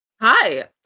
Hi